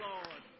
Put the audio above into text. Lord